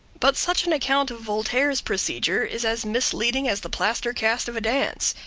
but such an account of voltaire's procedure is as misleading as the plaster cast of a dance.